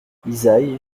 isaïe